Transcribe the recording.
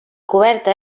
coberta